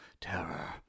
terror